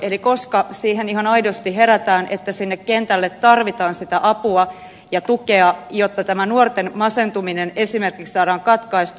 eli koska siihen ihan aidosti herätään että sinne kentälle tarvitaan sitä apua ja tukea jotta esimerkiksi tämä nuorten masentuminen saadaan katkaistua